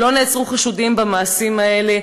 לא נעצרו חשודים במעשים האלה,